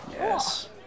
Yes